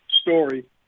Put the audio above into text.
story